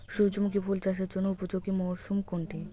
সূর্যমুখী ফুল চাষের জন্য উপযোগী মরসুম কোনটি?